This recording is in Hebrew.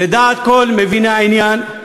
לדעת כל מביני העניין,